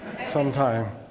sometime